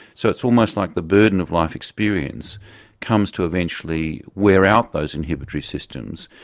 so it's almost like the burden of life experience comes to eventually wear out those inhibitory systems.